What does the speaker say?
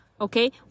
Okay